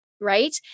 right